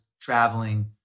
traveling